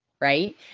Right